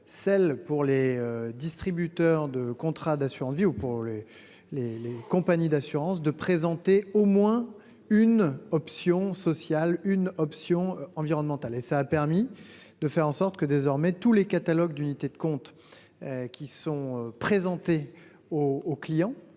celle pour les distributeurs de contrats d'assurance vie ou pour les, les, les compagnies d'assurance, de présenter au moins une option sociale une option environnemental et ça a permis de faire en sorte que désormais tous les catalogues d'unités de compte. Qui sont présentés au au client.